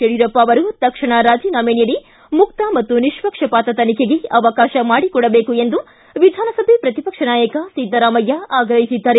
ಯಡಿಯೂರಪ್ಪ ಅವರು ತಕ್ಷಣ ರಾಜೀನಾಮೆ ನೀಡಿ ಮುಕ್ತ ಮತ್ತು ನಿಷ್ಪಕ್ಷಪಾತ ತನಿಖೆಗೆ ಅವಕಾಶ ಮಾಡಿಕೊಡಬೇಕು ಎಂದು ವಿಧಾನಸಭೆ ಪ್ರತಿಪಕ್ಷ ನಾಯಕ ಸಿದ್ದರಾಮಯ್ಯ ಆಗ್ರಹಿಸಿದ್ದಾರೆ